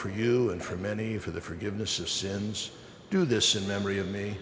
for you and for many for the forgiveness of sins do this in memory of me